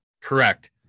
Correct